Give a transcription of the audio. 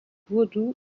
vaudou